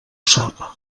sap